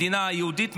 מדינה יהודית,